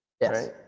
Yes